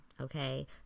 okay